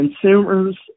consumers